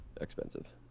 expensive